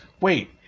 wait